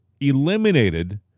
eliminated